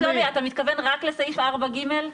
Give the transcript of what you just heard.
שלומי, אתה מתכוון רק לסעיף 4(ג)?